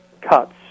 cuts